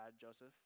Joseph